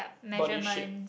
body shape